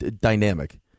dynamic